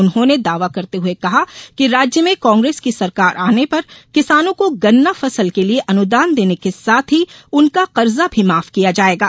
उन्होंने दावा करते हुए कहा कि राज्य में कांग्रेस की सरकार आने पर किसानों को गन्ना फसल के लिये अनुदान देने के साथ ही उनका कर्जा भी माफ किया जाएगा